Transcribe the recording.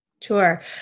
Sure